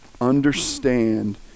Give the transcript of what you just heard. Understand